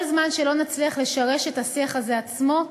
כל זמן שלא נצליח לשרש את השיח הזה עצמו,